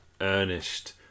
earnest